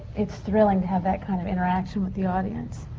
it's thrilling to have that kind of interaction with the audience.